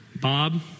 Bob